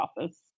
office